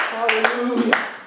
Hallelujah